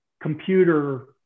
computer